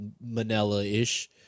manila-ish